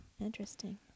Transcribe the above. Interesting